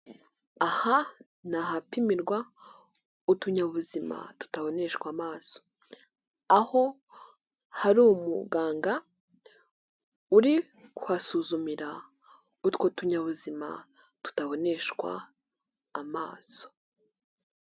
Aha n'ahapimirwa utunyabuzima tutaboneshwa amaso, aho hari umuganga uri kuhasuzumira utwo tuyabuzima tutaboneshwa amaso.